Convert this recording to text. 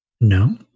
No